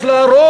יש לה רוב,